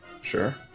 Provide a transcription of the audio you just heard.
Sure